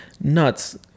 nuts